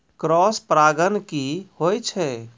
Cross परागण की होय छै?